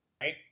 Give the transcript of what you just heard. right